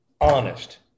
honest